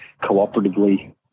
cooperatively